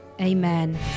Amen